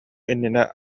иннинэ